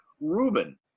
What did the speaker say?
Ruben